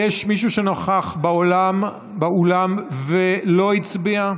יש מישהו שנוכח באולם ולא הצביע?